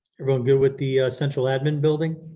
everyone good with the central admin building?